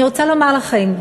אני רוצה לומר לכם: